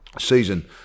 season